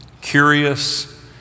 curious